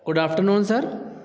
good after noon sir